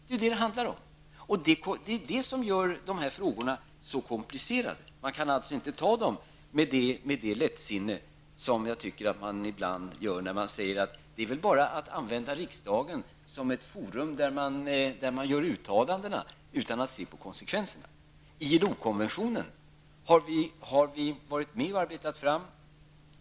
Det är vad det handlar om, och det är detta som gör de här frågorna så komplicerade. De kan inte behandlas med det lättsinne som jag tycker ibland sker när man säger att det bara är att använda riksdagen som ett forum som gör uttalanden utan att se på konsekvenserna. Vi har varit med och arbetat fram ILO konventionen.